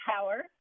power